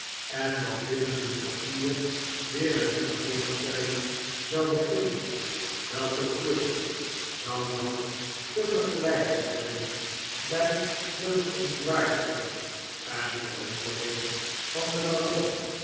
en dat binnen een kwartier weer een nieuwe voorstelling zou beginnen welke klucht zou dan te vergelijken zijn bij de verontwaardiging en verwondering van den baron